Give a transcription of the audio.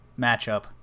matchup